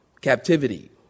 captivity